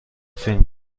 فیلم